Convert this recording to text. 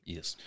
Yes